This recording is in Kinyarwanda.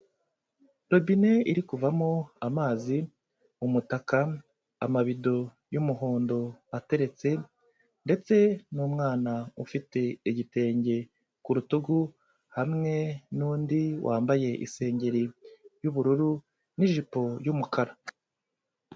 Robine iri kuvamo amazi, umutaka, amabido y'umuhondo ateretse ndetse n'umwana ufite igitenge ku rutugu, hamwe n'undi wambaye isengeri y'ubururu n'ijipo y'umukara.